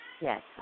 Yes